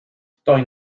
stoi